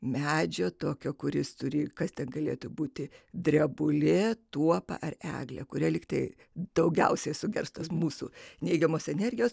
medžio tokio kuris turi kas galėtų būti drebulė tuopa ar eglė kuri likti daugiausiai sugers tos mūsų neigiamos energijos